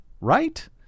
Right